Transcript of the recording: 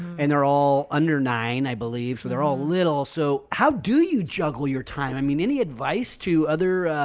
and they're all under nine. i believe they're all little. so how do you juggle your time? i mean, any advice to other